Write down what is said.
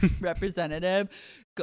representative